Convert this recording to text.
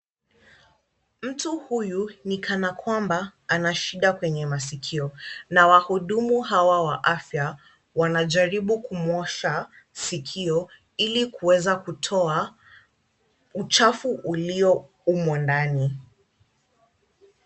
Mtu huyu ni kama kwamba ana shida kwenye masikio. Na wahudumu hawa wa afya wanajaribu kumuosha sikio ili kuweza kutoa uchafu ulio humo ndani.